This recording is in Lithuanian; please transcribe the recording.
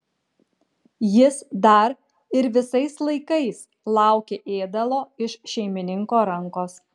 jis dar ir visais laikais laukė ėdalo iš šeimininko rankos